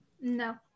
No